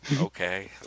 okay